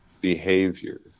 behavior